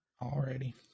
Already